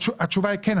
התשובה היא כן,